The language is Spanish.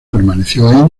permaneció